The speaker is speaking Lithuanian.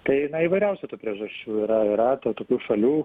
tai įvairiausių tų priežasčių yra yra tų tokių šalių